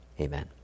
Amen